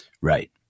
Right